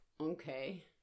Okay